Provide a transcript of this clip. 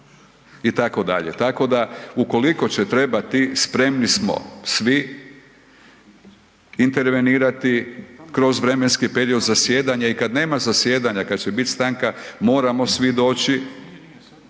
itd., tako da ukoliko će trebati, spremni smo svi intervenirati kroz vremenski period zasjedanja i kad nema zasjedanja, kad će bit stanka, moramo svi doći